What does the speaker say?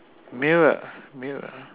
mirror mirror